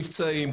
נפצעים,